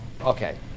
Okay